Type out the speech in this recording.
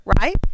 right